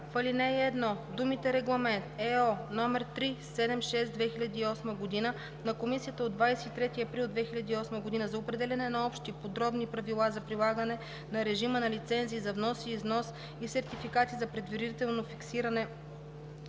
ал. 1 думите „Регламент (ЕО) № 376/2008 на Комисията от 23 април 2008 г. за определяне на общи подробни правила за прилагане на режима на лицензии за внос и износ и сертификати за предварително фиксиране